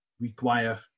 require